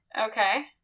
Okay